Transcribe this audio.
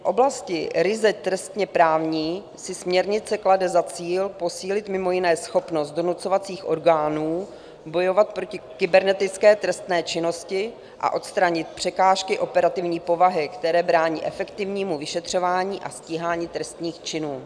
V oblasti ryze trestněprávní si směrnice klade za cíl posílit mimo jiné schopnost donucovacích orgánů bojovat proti kybernetické trestné činnosti a odstranit překážky operativní povahy, které brání efektivnímu vyšetřování a stíhání trestných činů.